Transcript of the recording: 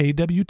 AWT